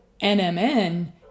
NMN